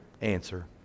answer